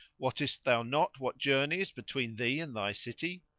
wottest thou not what journey is between thee and thy city?